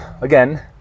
again